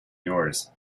yours